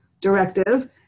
Directive